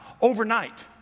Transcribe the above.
Overnight